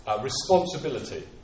responsibility